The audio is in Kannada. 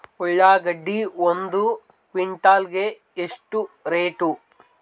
ಉಳ್ಳಾಗಡ್ಡಿ ಒಂದು ಕ್ವಿಂಟಾಲ್ ಗೆ ಎಷ್ಟು ರೇಟು?